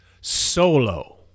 Solo